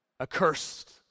accursed